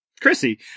Chrissy